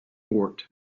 fort